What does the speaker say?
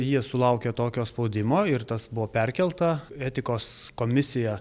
jie sulaukė tokio spaudimo ir tas buvo perkelta etikos komisija